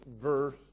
verse